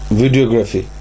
videography